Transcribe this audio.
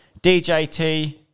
DJT